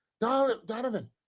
Donovan